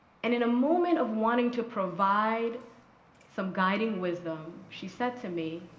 and in a moment of wanting to provide some guiding wisdom, she said to me,